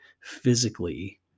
physically